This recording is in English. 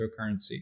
cryptocurrency